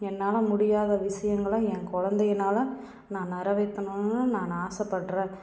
என்னால் முடியாத விஷயங்கள என் குழந்தைகள்னால நான் நிறைவேத்தணும்னு நான் ஆசைப்பட்றேன்